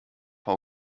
ein